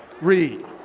Read